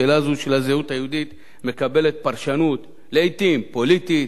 שאלה זו של הזהות היהודית מקבלת פרשנות לעתים פוליטית,